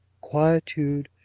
quietude,